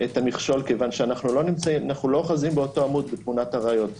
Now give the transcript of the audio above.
את המכשול כי אנו לא אוחזים באותו עמוד בתמונת הראיות.